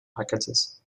packages